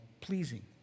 pleasing